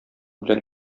белән